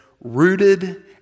rooted